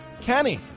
Kenny